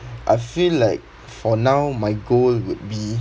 I feel like for now my goal would be